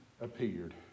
appeared